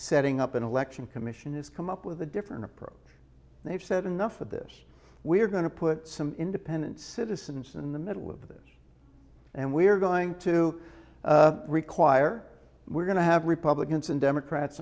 setting up an election commission has come up with a different approach they've said enough of this we're going to put some independent citizens in the middle of this and we're going to require we're going to have republicans and democrats